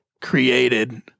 created